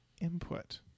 input